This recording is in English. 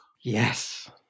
Yes